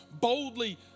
boldly